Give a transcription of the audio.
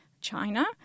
China